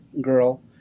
girl